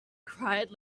cried